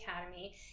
Academy